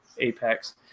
Apex